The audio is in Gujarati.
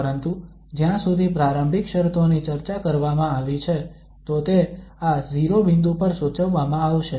પરંતુ જ્યાં સુધી પ્રારંભિક શરતોની ચર્ચા કરવામાં આવી છે તો તે આ 0 બિંદુ પર સૂચવવામાં આવશે